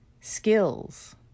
skills